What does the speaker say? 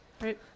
Right